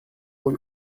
rue